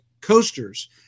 coasters